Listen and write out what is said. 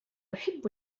أحب